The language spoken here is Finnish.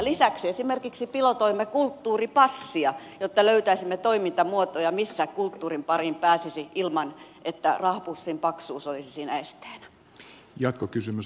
lisäksi esimerkiksi pilotoimme kulttuuripassia jotta löytäisimme toimintamuotoja missä kulttuurin pariin pääsisi ilman että rahapussin paksuus olisi siinä esteenä